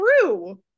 true